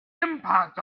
impact